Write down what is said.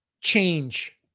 change